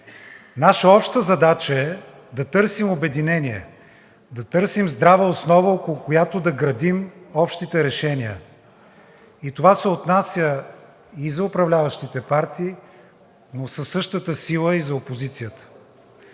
Наша обща задача е да търсим обединение, да търсим здрава основа, около която да градим общите решения. Това се отнася и за управляващите партии, но със същата сила и за опозицията.